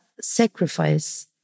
sacrifice